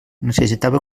necessitava